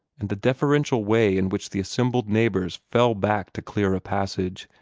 and the deferential way in which the assembled neighbors fell back to clear a passage,